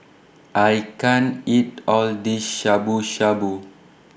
I can't eat All of This Shabu Shabu